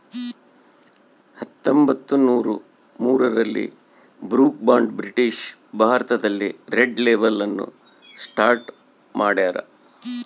ಹತ್ತೊಂಬತ್ತುನೂರ ಮೂರರಲ್ಲಿ Brooke Bond British ಭಾರತದಲ್ಲಿ ರೆಡ್ ಲೇಬಲ್ ಅನ್ನು ಸ್ಟಾರ್ಟ್ ಮಾಡ್ಯಾರ